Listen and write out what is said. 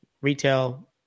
Retail